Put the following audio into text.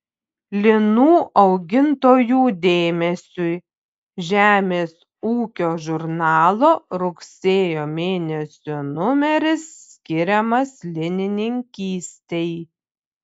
linų augintojų dėmesiui žemės ūkio žurnalo rugsėjo mėnesio numeris skiriamas linininkystei